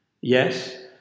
yes